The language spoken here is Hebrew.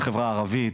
מהחברה הערבית,